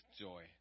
joy